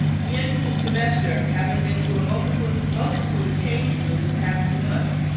we entered this semester, having been through a multitude multitude of changes over the past few months,